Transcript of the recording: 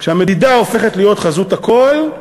כשהמדידה הופכת להיות חזות הכול,